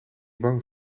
bang